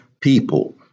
people